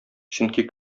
чөнки